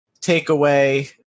takeaway